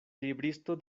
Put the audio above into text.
libristo